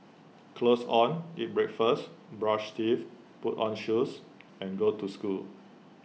clothes on eat breakfast brush teeth put on shoes and go to school